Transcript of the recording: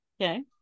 Okay